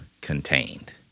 contained